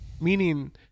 meaning